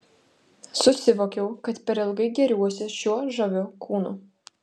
susivokiau kad per ilgai gėriuosi šiuo žaviu kūnu